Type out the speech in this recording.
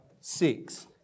six